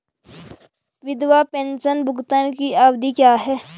विधवा पेंशन भुगतान की अवधि क्या है?